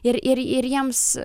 ir ir ir jiems